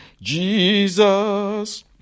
Jesus